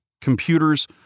computers